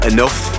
Enough